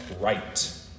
right